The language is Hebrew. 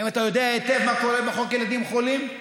האם אתה יודע היטב מה קורה בחוק ילדים חולים?